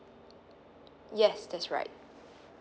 yes that's right